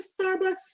Starbucks